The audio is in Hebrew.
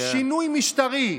שינוי משטרי.